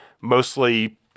mostly